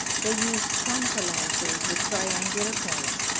they use chonta-lances with triangular points,